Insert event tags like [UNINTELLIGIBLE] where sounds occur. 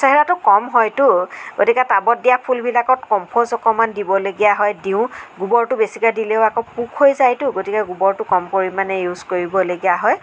চেহেৰাটো কম হয়তো গতিকে টাবত দিয়া ফুলবিলাকত [UNINTELLIGIBLE] অকণমান দিবলগীয়া হয় দিওঁ গোবৰটো বেছিকৈ দিলেও আকৌ পোক হৈ যায়টো গতিকে গোবৰটো কম পৰিমাণে ইউজ কৰিবলগীয়া হয়